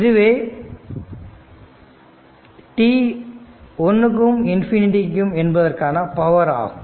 இதுவே 1t ∞ என்பதற்கான power ஆகும்